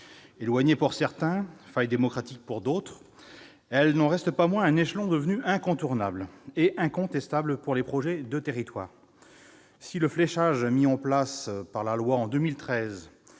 Éloignée pour certains, faille démocratique pour d'autres, cette dernière n'en reste pas moins un échelon devenu incontournable et incontestable pour les projets de territoire. Si le fléchage mis en place par loi de 2013